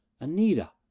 Anita